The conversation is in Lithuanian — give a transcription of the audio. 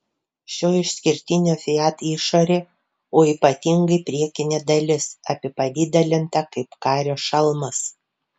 šio išskirtinio fiat išorė o ypatingai priekinė dalis apipavidalinta kaip kario šalmas